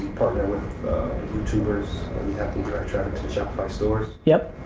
partner with youtubers direct traffic to shopify stores. yeah.